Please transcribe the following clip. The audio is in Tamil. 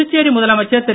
புதுச்சேரி முதலமைச்சர் திரு